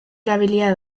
erabilia